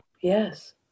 Yes